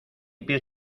pies